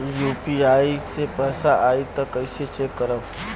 UPI से पैसा आई त कइसे चेक करब?